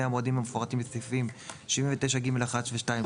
המועדים המפורטים בסעיפים 79(ג)(1) ו-(2),